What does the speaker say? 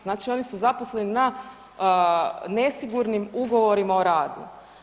Znači oni su zaposleni na nesigurnim ugovorima o radu.